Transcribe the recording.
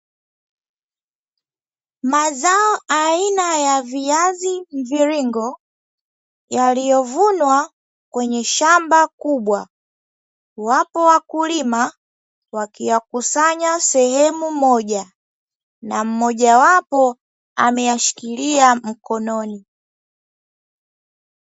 Mazao aina ya viazi mviringo, yaliyovunwa kwenye shamba kubwa, wapo wakulima wakiyakusanya sehemu moja na mmoja wapo ameyashikilia mkononi.